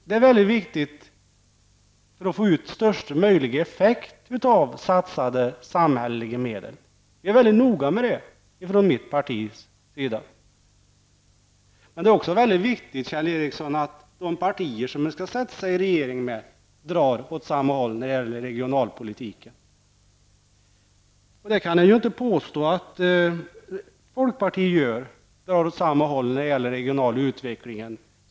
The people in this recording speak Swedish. Det är viktigt för att få ut största möjliga effekt av satsade samhälleliga medel, något som vi är väldigt noga med från mitt partis sida. Men det är också väldigt viktigt, Kjell Ericsson, att de partier som man sätter sig ner att regera tillsammans med drar åt samma håll när det gäller regionalpolitiken. Jag kan ju inte påstå att folkpartiet drar åt samma håll som centern i frågan om regional utveckling.